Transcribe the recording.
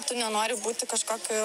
tu nenori būti kažkokiu